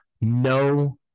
no